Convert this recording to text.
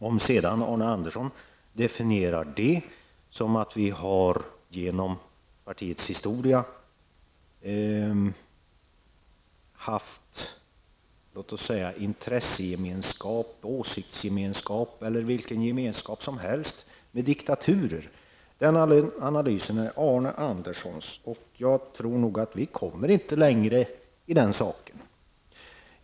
Om sedan Arne Andersson definierar det som att vi genom partiets historia har haft intressegemenskap, åsiktsgemenskap eller vilken gemenskap som helst med diktaturer är det Arne Anderssons analys. Jag tror inte att vi kommer längre i den frågan.